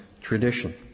tradition